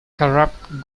corrupt